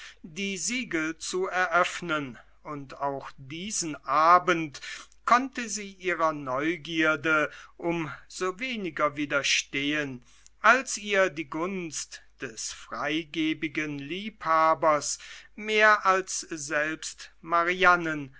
die siegel zu eröffnen und auch diesen abend konnte sie ihrer neugierde um so weniger widerstehen als ihr die gunst des freigebigen liebhabers mehr als